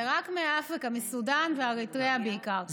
זה רק מאפריקה, מסודאן ומאריתריאה בעיקר.